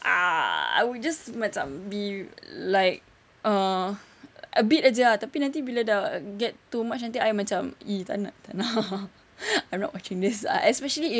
ah I would just macam be like err a bit aje ah tapi nanti bila dah get too much nanti I macam !ee! tak nak tak nak I'm not watching this ah especially if